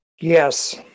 Yes